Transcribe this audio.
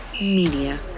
Media